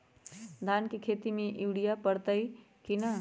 धान के खेती में यूरिया परतइ कि न?